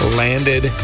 landed